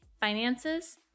finances